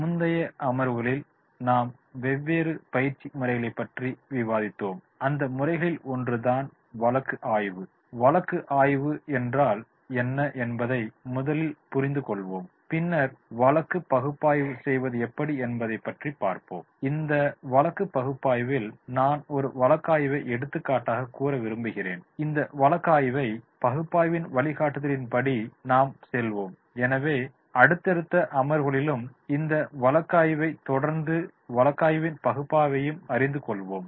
முந்தைய அமர்வுகளில் நாம் வெவ்வேறு பயிற்சி முறைகளைப் பற்றி விவாதித்தோம் அந்த முறைகளில் ஒன்று தான் வழக்கு ஆய்வு வழக்கு ஆய்வு என்றால் என்ன என்பதை முதலில் புரிந்துகொள்வோம் பின்னர் வழக்கு பகுப்பாய்வு செய்வது எப்படி என்பதை பற்றி பார்ப்போம் இந்த வழக்கு பகுப்பாய்வில் நான் ஒரு வழக்காய்வை எடுத்துக்காட்டக கூற விரும்புகிறேன் இந்த வழக்காய்வை பகுப்பாய்வின் வழிகாட்டுதல்களின்படி நாம் செல்வோம் எனவே அடுத்தடுத்த அமர்வுகளிலும் இந்த வழக்காய்வை தொடர்ந்து வழக்காய்வின் பகுப்பாய்வையும் அறிந்துகொள்வோம்